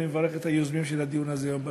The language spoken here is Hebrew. אני מברך את היוזמים של הדיון הזה היום בכנסת.